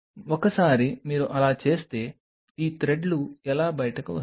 ఒకసారి మీరు అలా చేస్తే ఈ థ్రెడ్లు ఎలా బయటకు వస్తాయి